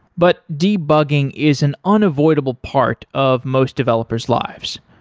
but debugging is an unavoidable part of most developers' lives.